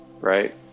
right